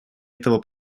этого